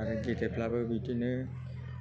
आरो गेदेरब्लाबो बिदिनो